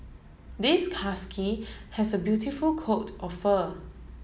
this husky has a beautiful coat of fur